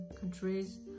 countries